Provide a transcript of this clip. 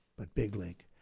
but big league.